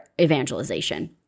evangelization